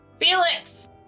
Felix